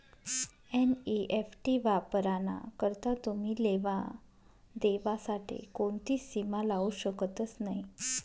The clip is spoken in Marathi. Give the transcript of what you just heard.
एन.ई.एफ.टी वापराना करता तुमी लेवा देवा साठे कोणतीच सीमा लावू शकतस नही